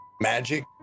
magic